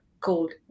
called